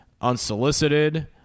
unsolicited